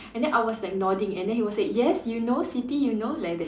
and then I was like nodding and then he was said yes you know Siti you know like that